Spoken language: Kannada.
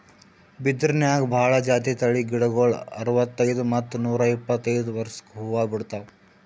ಬಿದಿರ್ನ್ಯಾಗ್ ಭಾಳ್ ಜಾತಿ ತಳಿ ಗಿಡಗೋಳು ಅರವತ್ತೈದ್ ಮತ್ತ್ ನೂರ್ ಇಪ್ಪತ್ತೈದು ವರ್ಷ್ಕ್ ಹೂವಾ ಬಿಡ್ತಾವ್